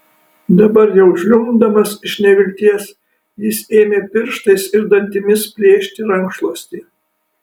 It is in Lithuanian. dabar jau žliumbdamas iš nevilties jis ėmė pirštais ir dantimis plėšti rankšluostį